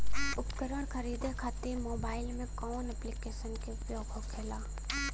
उपकरण खरीदे खाते मोबाइल में कौन ऐप्लिकेशन का उपयोग होखेला?